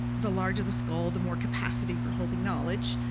the larger the skull, the more capacity for holding knowledge,